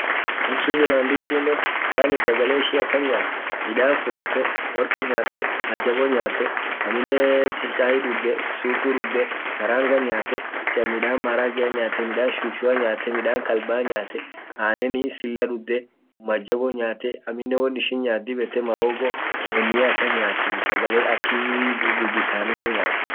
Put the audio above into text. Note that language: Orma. Jar Switzerlandin kunnen, yaani sagale ishin akan nyaat midan fudete, worki nyaate, majabo nyaate, amminen chai dudhe supu dudhe, karanga nyaate, chamidan maragea nyaate, midan shushua nyaate, midan qalba nyaate, aneni silla dudhe, majabo nyaate amminenwon ishin nyaat dib ete mahogo wonnia akan nyaati sagale ak bibisan tan nyaati.